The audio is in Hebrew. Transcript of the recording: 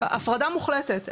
הפרדה מוחלטת,